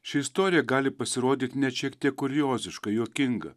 ši istorija gali pasirodyt net šiek tiek kurioziška juokinga